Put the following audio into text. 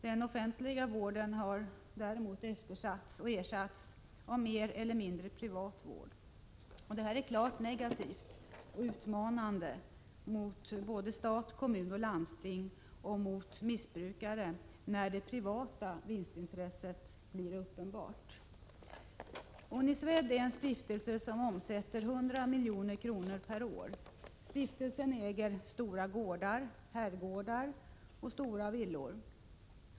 Den offentliga vården har däremot eftersatts och ersatts av mer eller mindre privat vård. Det är klart negativt och utmanande mot både stat, kommun och landsting och mot missbrukare när det privata vinstintresset blir uppenbart. Uniswed är en stiftelse som omsätter 100 milj.kr. per år. Stiftelsen äger stora gårdar, herrgårdar och stora villor.